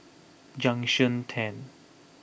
Junction ten